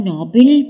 Nobel